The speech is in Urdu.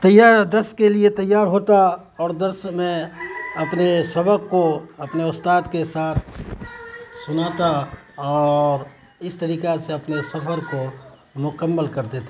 تیار درس کے لیے تیار ہوتا اور درس میں اپنے سبق کو اپنے استاد کے ساتھ سناتا اور اس طریقہ سے اپنے سفر کو مکمل کرتے تھے